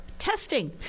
testing